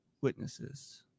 witnesses